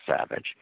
savage